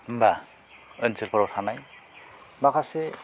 होमबा ओनसोलफोराव थानाय माखासे